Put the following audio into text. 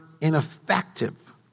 ineffective